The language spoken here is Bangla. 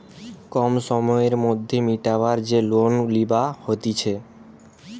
কম সময়ের মধ্যে মিটাবার যে লোন লিবা হতিছে